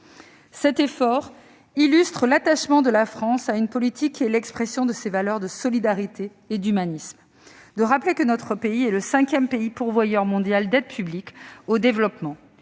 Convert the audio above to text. Cet effort illustre l'attachement de la France à une politique qui est l'expression de ses valeurs de solidarité et d'humanisme. Je rappelle que notre pays est le cinquième pays pourvoyeur mondial d'aide publique au développement.